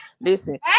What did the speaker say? Listen